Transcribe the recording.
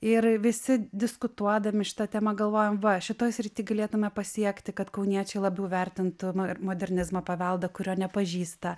ir visi diskutuodami šita tema galvojom va šitoj srity galėtume pasiekti kad kauniečiai labiau vertintų nu ir modernizmo paveldą kurio nepažįsta